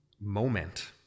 moment